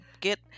get